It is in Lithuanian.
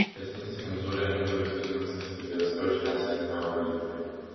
kęstutis kemzūra ir mindaugas kuzminskas patyrė skaudžią nesėkmę eurolygoje